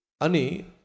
Ani